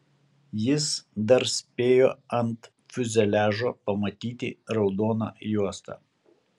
jis dar spėjo ant fiuzeliažo pamatyti raudoną juostą